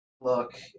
look